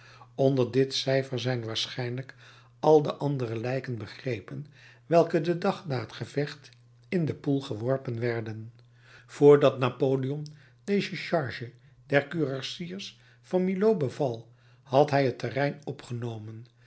onder dit cijfer zijn waarschijnlijk al de andere lijken begrepen welke den dag na het gevecht in den poel geworpen werden vr dat napoleon deze charge der kurassiers van milhaud beval had hij het terrein opgenomen